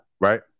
right